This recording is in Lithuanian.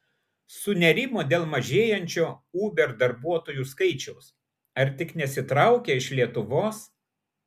sunerimo dėl mažėjančio uber darbuotojų skaičiaus ar tik nesitraukia iš lietuvos